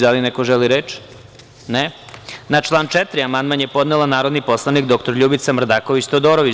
Da li neko želi reč? (Ne.) Na član 4. amandman je podnela narodni poslanik dr LJubica Mrdaković Todorović.